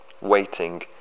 waiting